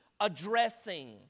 addressing